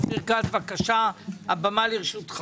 אופיר כץ, בקשה, הבמה לרשותך.